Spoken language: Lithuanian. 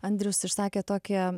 andrius išsakė tokią